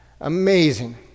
Amazing